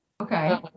Okay